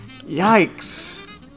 Yikes